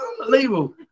unbelievable